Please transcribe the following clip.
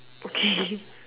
okay